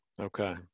Okay